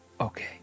okay